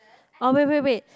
oh wait wait wait